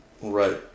Right